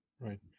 Right